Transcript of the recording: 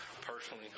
personally